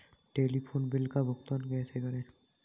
Telephone bill का भुगतान कैसे करें?